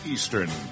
Eastern